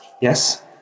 yes